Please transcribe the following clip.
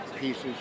pieces